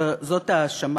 זאת ההאשמה.